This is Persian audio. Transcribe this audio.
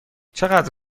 چقدر